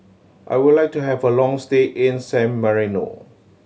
I would like to have a long stay in San Marino